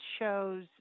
shows